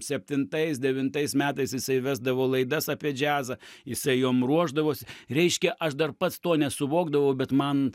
septintais devintais metais jisai vesdavo laidas apie džiazą jisai jom ruošdavosi reiškia aš dar pats to nesuvokdavau bet man